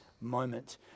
moment